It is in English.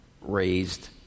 raised